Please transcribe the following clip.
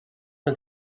pel